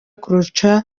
kurusha